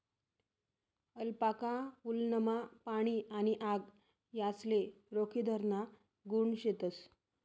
alpaca वुलनमा पाणी आणि आग यासले रोखीधराना गुण शेतस